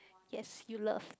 yes you loved